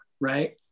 Right